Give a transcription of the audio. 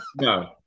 No